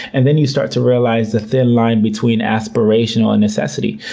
and then you start to realize the thin line between aspirational and necessity.